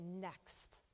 next